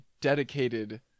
dedicated